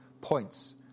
points